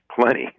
plenty